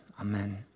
Amen